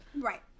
Right